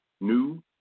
New